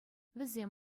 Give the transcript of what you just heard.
вӗсем